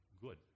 good